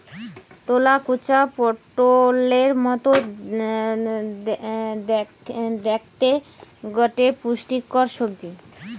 তেলাকুচা পটোলের মতো দ্যাখতে গটে পুষ্টিকর সবজি